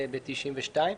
ב-1992.